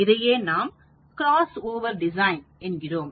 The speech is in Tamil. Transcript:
இதையே நாம் க்ராஸ்ஓவர் டிசைன் என்கிறோம்